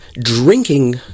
drinking